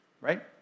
right